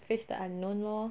face the unknown lor